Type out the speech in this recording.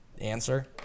answer